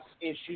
issues